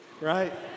right